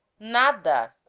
nada